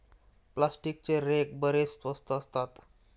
प्लास्टिकचे रेक बरेच स्वस्त असतात